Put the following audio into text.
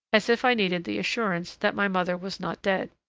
as if i needed the assurance that my mother was not dead.